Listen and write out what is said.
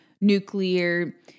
nuclear